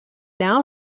now